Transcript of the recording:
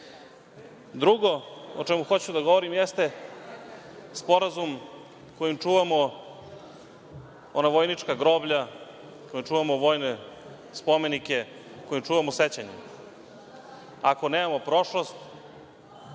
o čemu hoću da govorim jeste sporazum kojim čuvamo ona vojnička groblja, kojim čuvamo vojne spomenike, kojim čuvamo sećanje. Ako nemamo prošlost